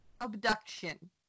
Abduction